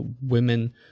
women